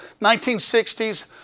1960s